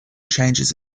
changes